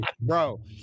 bro